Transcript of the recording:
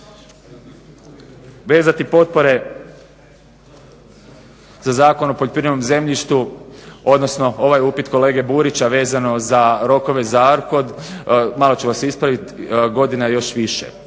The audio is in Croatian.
Vezati potpore za Zakon o poljoprivrednom zemljištu, odnosno ovaj upit kolege Burića vezano za rokove za Arkod, malo ću vas ispravit, godina je još više.